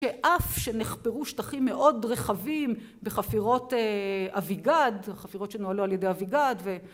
אף שנחפרו שטחים מאוד רחבים בחפירות אביגד, חפירות שנוהלו על ידי אביגד,